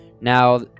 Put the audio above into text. Now